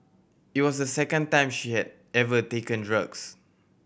it was the second time she had ever taken drugs